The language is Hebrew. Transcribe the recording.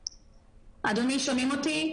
אדוני, שומעים אותי?